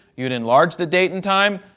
you would enlarge the date and time,